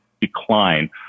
decline